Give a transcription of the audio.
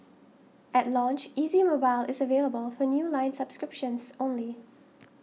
at launch Easy Mobile is available for new line subscriptions only